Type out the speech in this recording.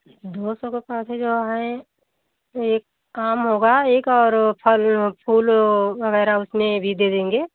दो सौ का पौधे जो हैं एक आम होगा एक और फल वो फूल वो वगैरह भी उसमें दे देंगे